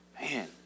Man